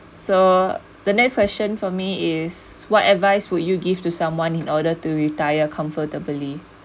so the next question for me is what advice would you give to someone in order to retire comfortably